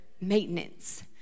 maintenance